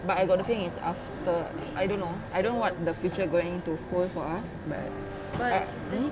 but I got a feeling it's after I don't know I don't know what the future going to hold for us but I mm